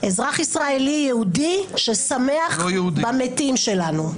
אזרח ישראלי יהודי ששמח במתים שלנו.